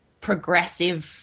progressive